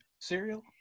cereal